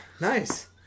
Nice